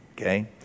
Okay